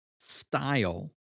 style